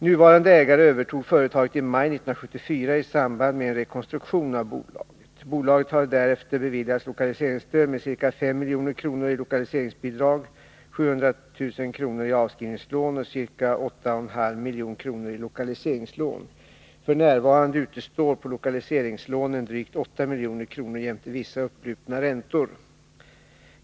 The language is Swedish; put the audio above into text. Nuvarande ägare övertog företaget i maj 1974 i samband med en rekonstruktion av bolaget. Bolaget har därefter beviljats lokaliseringsstöd med ca 5 milj.kr. i lokaliseringsbidrag, 700 000 kr. i avskrivningslån och ca 8,5 milj.kr. i lokaliseringslån. F.n. utestår på lokaliseringslånen drygt 8 milj.kr. jämte vissa upplupna räntor.